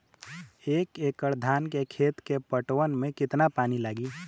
एक एकड़ धान के खेत के पटवन मे कितना पानी लागि?